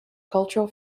cultural